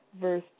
verse